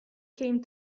came